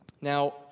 Now